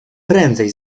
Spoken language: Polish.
prędzej